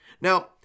Now